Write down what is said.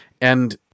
And-